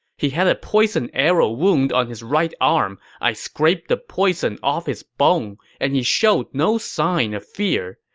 he had a poison arrow wound on his right arm. i scraped the poison off his bone, and he showed no sign of fear.